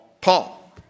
Paul